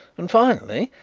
and, finally,